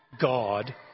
God